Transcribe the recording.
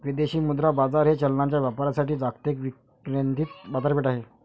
विदेशी मुद्रा बाजार हे चलनांच्या व्यापारासाठी जागतिक विकेंद्रित बाजारपेठ आहे